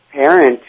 parent